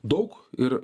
daug ir